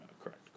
correct